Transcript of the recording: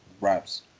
wraps